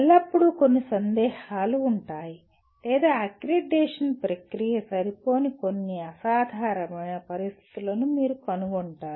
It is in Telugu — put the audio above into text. ఎల్లప్పుడూ కొన్ని సందేహాలు ఉంటాయి లేదా అక్రిడిటేషన్ ప్రక్రియ సరిపోని కొన్ని అసాధారణమైన పరిస్థితులను మీరు కనుగొంటారు